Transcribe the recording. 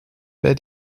bij